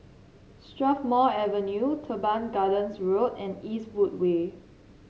Strathmore Avenue Teban Gardens Road and Eastwood Way